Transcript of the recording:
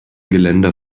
geländer